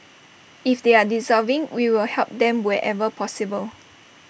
if they are deserving we will help them wherever possible